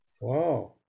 Wow